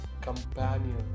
companion